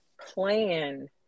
Plan